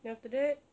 then after that